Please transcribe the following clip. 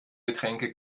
getränke